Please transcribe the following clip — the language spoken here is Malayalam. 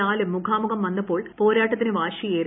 ലാലും മുഖമുഖം വന്നപ്പോൾ പോരാട്ടത്തിന് വാശിയേറി